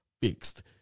fixed